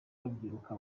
babyibuha